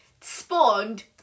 spawned